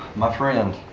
my friend.